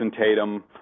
Tatum